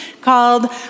called